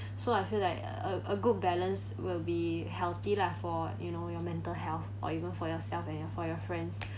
so I feel like a a good balance will be healthy lah for you know your mental health or even for yourself and your for your friends